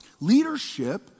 Leadership